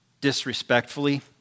disrespectfully